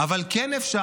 זה לא קשור.